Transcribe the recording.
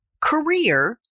career